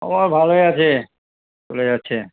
খবর ভালোই আছে চলে যাচ্ছে